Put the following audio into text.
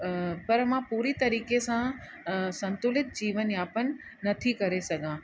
पर मां पूरी तरीक़े सां संतुलित जीवन यापन नथी करे सघां